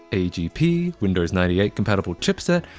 agp, windows ninety eight compatible chipset,